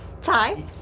Ty